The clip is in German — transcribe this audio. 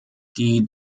die